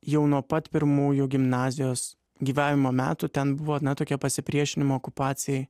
jau nuo pat pirmųjų gimnazijos gyvavimo metų ten buvo na tokia pasipriešinimo okupacijai